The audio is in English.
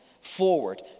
forward